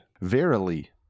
verily